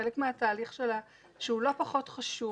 חלק מהתהליך שהוא לא פחות חשוב.